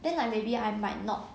then like maybe I might not